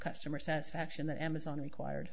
customer satisfaction that amazon required